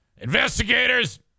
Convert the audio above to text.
investigators